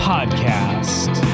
Podcast